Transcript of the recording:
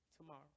tomorrow